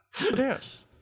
Yes